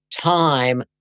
time